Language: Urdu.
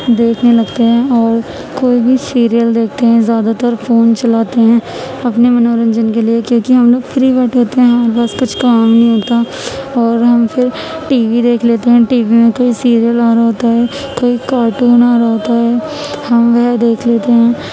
دیکھنے لگتے ہیں اور کوئی بھی سیریل دیکھتے ہیں زیادہ تر فون چلاتے ہیں اپنے منورنجن کے لیے کیوںکہ ہم لوگ فری بیٹھے ہوتے ہیں ہمارے پاس کچھ کام نہیں ہوتا اور ہم پھر ٹی وی دیکھ لیتے ہیں ٹی وی میں کوئی سیریل آ رہا ہوتا ہے کوئی کارٹون آ رہا ہوتا ہے ہم وہ دیکھ لیتے ہیں